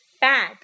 Bag